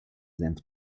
senf